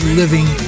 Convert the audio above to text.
living